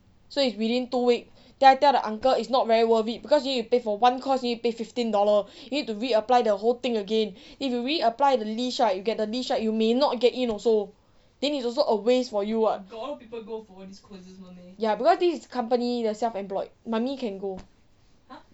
so if within two week then I tell the uncle is not very worth it because you need to pay for for one course you need to pay fifteen dollar you need to reapply the whole thing again if you reapply the leash right you get the leash right you may not get in also then it's also a waste for you [what] because this is company the self employed mummy can go